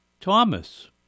Thomas